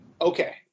Okay